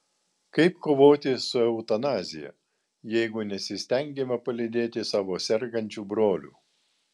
kaip kovoti su eutanazija jei nesistengiama palydėti savo sergančių brolių